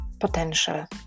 potential